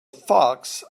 fox